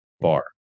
bar